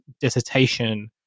dissertation